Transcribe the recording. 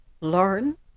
learn